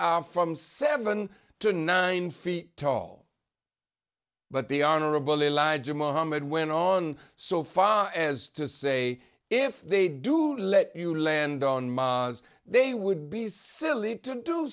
are from seven to nine feet tall but the honorable elijah mohammad went on so far as to say if they do let you land on my us they would be silly to